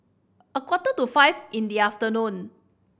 a quarter to five in the afternoon